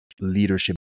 leadership